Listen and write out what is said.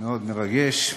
מאוד מרגש.